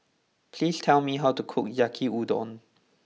please tell me how to cook Yaki Udon